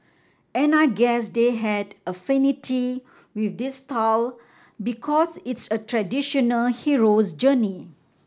and I guess they had an affinity with this style because it's a traditional hero's journey